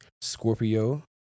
Scorpio